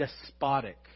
despotic